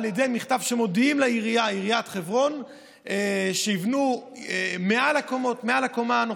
או על ידי מכתב שמודיעים לעיריית חברון שיבנו מעל הקומה הנוכחית.